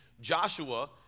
Joshua